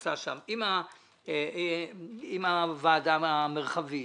שנעשה שם, עם הוועדה המרחבית,